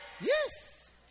Yes